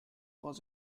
was